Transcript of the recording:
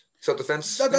self-defense